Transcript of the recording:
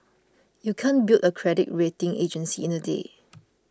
you can't build a credit rating agency in a day